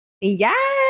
Yes